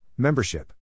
Membership